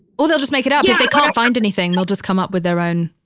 or they'll just make it out if they can't find anything. they'll just come up with their own